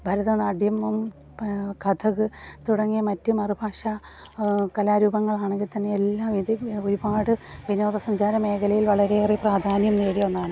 ഭരതനാട്യം കഥക് തുടങ്ങിയ മറ്റു മറുഭാഷ കലാരൂപങ്ങൾ ആണെങ്കിൽ തന്നെ എല്ലാവിധ ഒരുപാട് വിനോദസഞ്ചാര മേഖലയിൽ വളരെയേറെ പ്രാധാന്യം നേടിയ ഒന്നാണ്